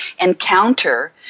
encounter